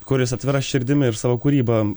kuris atvira širdimi ir savo kūryba